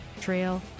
trail